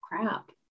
crap